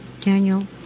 daniel